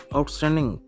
Outstanding